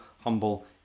humble